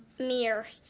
meir,